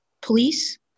police